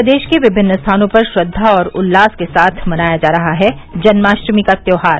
प्रदेश के विभिन्न स्थानों पर श्रद्वा और उल्लास के साथ मनाया जा रहा है जन्माष्टमी का त्योहार